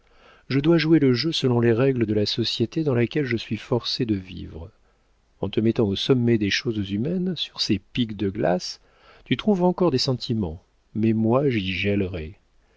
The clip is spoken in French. je dois jouer le jeu selon les règles de la société dans laquelle je suis forcé de vivre en te mettant au sommet des choses humaines sur ces pics de glace tu trouves encore des sentiments mais moi j'y